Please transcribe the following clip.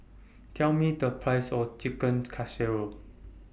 Tell Me The Price of Chicken Casserole